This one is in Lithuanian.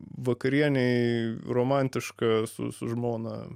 vakarienei romantiška su žmona